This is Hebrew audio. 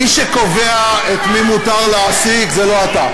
מי שקובע את מי מותר להעסיק זה לא אתה.